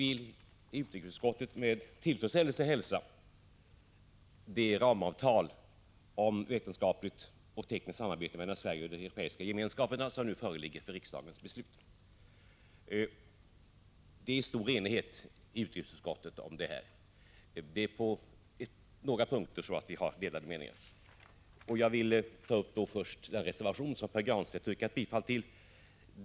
Vi i utrikesutskottet hälsar med tillfredsställelse det ramavtal om vetenskapligt och tekniskt samarbete mellan Sverige och de Europeiska gemenskaperna som nu föreligger för riksdagens beslut. Det råder stor enighet i utrikesutskottet. Det är bara på några punkter som det finns delade meningar. Först vill jag ta upp den reservation som Pär Granstedt yrkade bifall till.